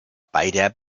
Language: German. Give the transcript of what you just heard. beider